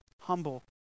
humble